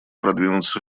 продвинуться